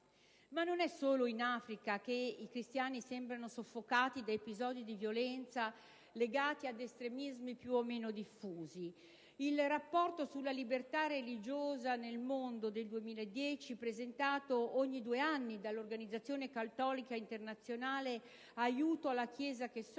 Ma non è solo in Africa che i cristiani sembrano soffocati da episodi di violenza legati ad estremismi più o meno diffusi. Il rapporto sulla libertà religiosa nel mondo 2010, presentato ogni due anni dall'organizzazione cattolica internazionale Aiuto alla Chiesa che soffre